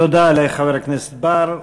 תודה לחבר הכנסת בר.